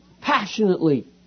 passionately